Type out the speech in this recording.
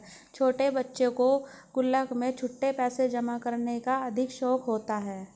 छोटे बच्चों को गुल्लक में छुट्टे पैसे जमा करने का अधिक शौक होता है